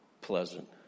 pleasant